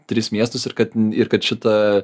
tris miestus ir kad ir kad šita